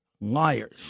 liars